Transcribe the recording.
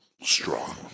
strong